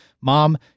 Mom